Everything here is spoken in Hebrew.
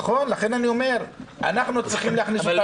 נכון, לכן אני אומר שאנחנו צריכים להכניס אותם.